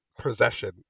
possession